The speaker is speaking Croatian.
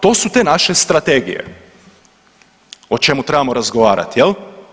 To su te naše strategije o čemu trebamo razgovarati jel.